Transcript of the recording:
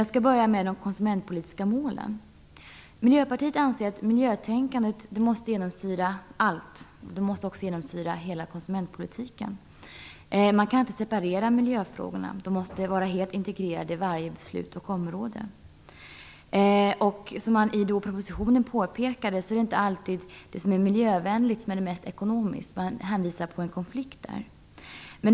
Jag skall börja med de konsumentpolitiska målen. Miljöpartiet tycker att miljötänkandet måste genomsyra allt, hela konsumentpolitiken. Man kan inte separera miljöfrågorna, utan de måste vara helt integrerade i varje beslut och område. Som det påpekas i propositionen är det mest miljövänliga inte alltid det mest ekonomiska. Det är konflikter där.